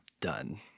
Done